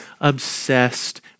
obsessed